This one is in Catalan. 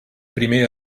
primer